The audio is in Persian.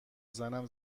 زنم